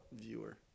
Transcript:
viewer